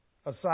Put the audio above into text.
Aside